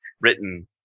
written